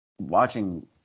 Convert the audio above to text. Watching